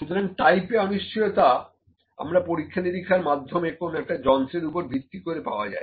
সুতরাং type A অনিশ্চয়তা আমরা পরীক্ষা নিরীক্ষার মাধ্যমে কোন একটা যন্ত্রের উপর ভিত্তি করে পাওয়া যায়